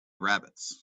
rabbits